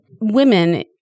women